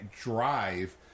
drive